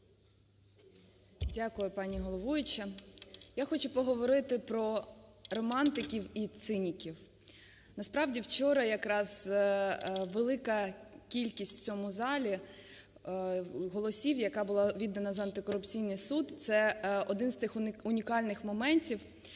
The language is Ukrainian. Дякую, пані головуюча. Я хочу поговорити про романтиків і циніків. Насправді вчора якраз велика кількість в цьому залі голосів, яка була віддана за антикорупційний суд, це один з тих унікальних моментів,